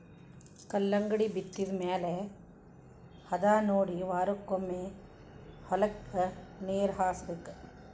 ಕಲ್ಲಂಗಡಿ ಬಿತ್ತಿದ ಮ್ಯಾಲ ಹದಾನೊಡಿ ವಾರಕ್ಕೊಮ್ಮೆ ಹೊಲಕ್ಕೆ ನೇರ ಹಾಸಬೇಕ